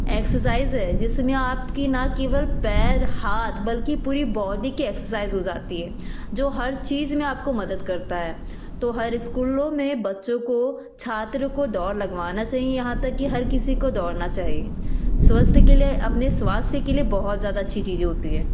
exercise है जिसमें आपकी ना केवल पैर हाथ बल्कि पूरी बॉडी की एक्सरसाइज़ हो जाती है जो हर चीज़ में आपको मदद करता है तो हर स्कूलों में बच्चों को छात्र को दौड़ लगवाना चाहिए यहाँ तक कि हर किसी को दौड़ना चाहिए स्वास्थ्य के लिए अपने स्वास्थ्य के लिए बहुत ज़्यादा अच्छी चीज होती है